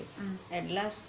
mm